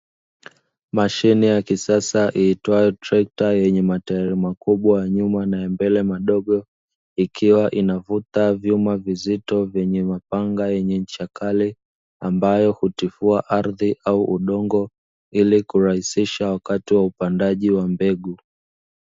Mashine ya kisasa iitwayo trekta ,yenye matairi makubwa ya nyuma, na ya mbele madogo ikiwa inavuta vyuma vizito, yenye mapanga yenye ncha kali, ambayo hutipua ardhi au udongo, ili kurahisisha wakati wa upandaji wa mbegu.